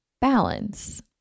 balance